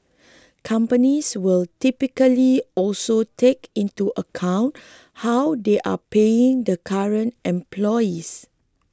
companies will typically also take into account how they are paying the current employees